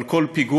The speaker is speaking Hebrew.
על כל פיגוע,